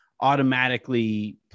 automatically